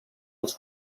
els